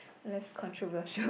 less controversial